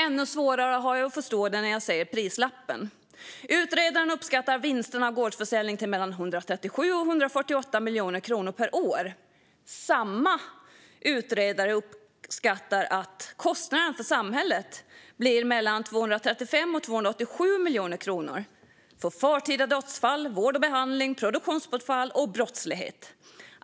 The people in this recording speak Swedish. Ännu svårare har jag att förstå det när jag ser prislappen. Utredaren uppskattar vinsterna av gårdsförsäljning till mellan 137 och 148 miljoner kronor per år. Samma utredare uppskattar att kostnaden för samhället blir mellan 235 och 287 miljoner kronor för förtida dödsfall, vård och behandling, produktionsbortfall och brottslighet.